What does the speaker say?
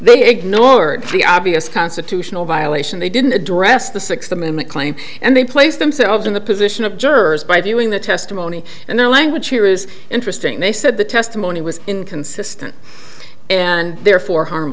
they ignored the obvious constitutional violation they didn't address the sixth amendment claim and they placed themselves in the position of jurors by viewing the testimony and the language here is interesting they said the testimony was inconsistent and therefore harm